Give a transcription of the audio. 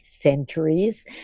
centuries